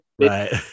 Right